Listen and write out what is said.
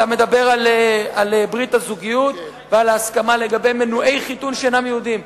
אתה מדבר על ברית הזוגיות ועל ההסכמה לגבי מנועי חיתון שאינם יהודים.